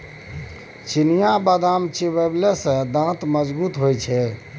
चिनियाबदाम चिबेले सँ दांत मजगूत होए छै